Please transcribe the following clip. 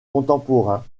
contemporains